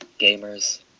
gamers